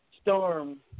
storm